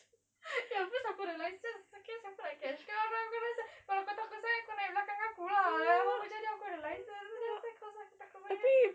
ya aku realised just okay siapa nak catch kau kalau kau rasa kau takut sangat kau naik belakang aku lah apa-apa jadi aku ada license then I was like apa sia kau takut banyak